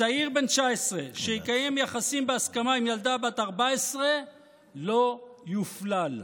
צעיר בן 19 שיקיים יחסים בהסכמה עם ילדה בת 14 לא יופלל.